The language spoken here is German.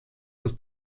das